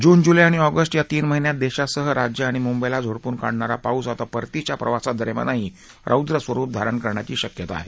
जून July आणि August या तीन महिन्यांत देशासह राज्य आणि मुंबईला झोडपून काढणारा पाऊस आता परतीच्या प्रवासादरम्यानही रौद्र स्वरूप धारण करण्याची शक्यता आहे